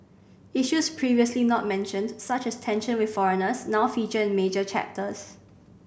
issues previously not mentioned such as tension with foreigners now feature in major chapters